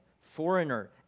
foreigner